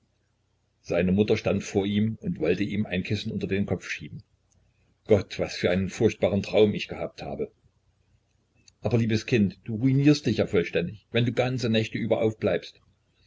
seine mutter stand vor ihm und wollte ihm ein kissen unter den kopf schieben gott was für einen furchtbaren traum ich gehabt habe aber liebes kind du ruinierst dich ja vollständig wenn du ganze nächte über aufbleibst